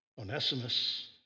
Onesimus